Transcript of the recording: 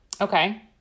Okay